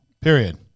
period